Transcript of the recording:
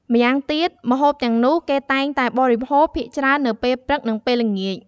ម្យ៉ាងទៀតម្ហូបទាំងនោះ គេតែងតែបរិភោគភាគច្រើននៅពេលព្រឹក នឹងពេលល្ងាច។